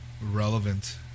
relevant